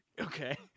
Okay